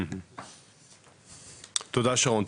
תודה שרון,